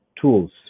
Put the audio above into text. tools